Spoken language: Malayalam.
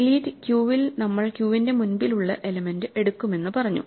ഡിലീറ്റ് ക്യൂവിൽ നമ്മൾ ക്യൂവിന്റെ മുൻപിൽ ഉള്ള എലമെന്റ് എടുക്കുമെന്ന് പറഞ്ഞു